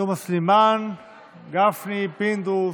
תומא סלימאן, גפני, פינדרוס,